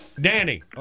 Danny